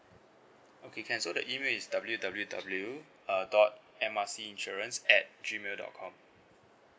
okay can so the email is W_W_W uh dot M R C insurance at gmail dot com